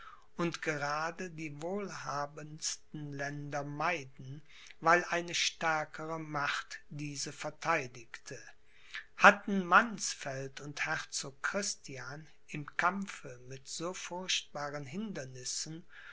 und gerade die wohlhabendsten länder meiden weil eine stärkere macht diese verteidigte hatten mannsfeld und herzog christian im kampfe mit so furchtbaren hindernissen